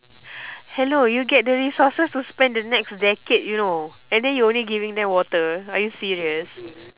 hello you get the resources to spend the next decade you know and then you only giving them water are you serious